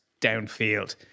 downfield